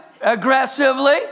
aggressively